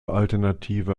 alternative